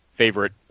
Favorite